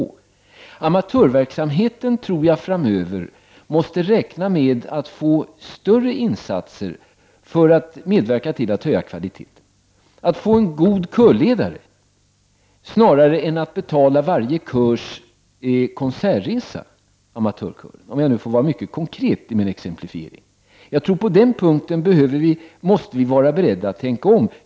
Jag tror att amatörverksamheten framöver måste räkna med att få större insatser som medverkar till att höja kvaliteten, såsom att amatörkören får en god körledare snarare än att den får varje konsertresa betald — för att nu vara mycket konkret i min exemplifiering. På den punkten måste vi vara beredda att tänka om.